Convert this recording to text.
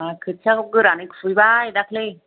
जोंहा खोथिया गोरानै खुबैबाय दाख्लै